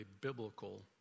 biblical